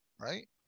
right